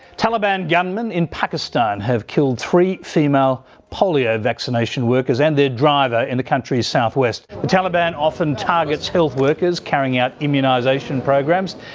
taliban gunmen in pakistan have killed three female polio vaccination workers and their driver in the country's south-west. the taliban often targets health workers carrying out immunisation programs,